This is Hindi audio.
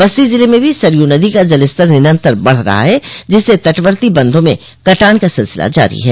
बस्तो ज़िले में भी सरयू नदी का जलस्तर निरन्तर बढ़ रहा है जिससे तटवर्ती बंधा में कटान का सिलसिला जारी है